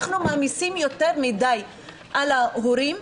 אנחנו מעמיסים יותר מדי על ההורים,